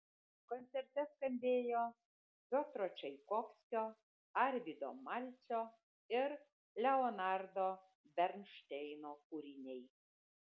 koncerte skambėjo piotro čaikovskio arvydo malcio ir leonardo bernšteino kūriniai